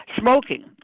Smoking